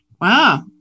Wow